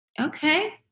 Okay